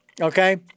Okay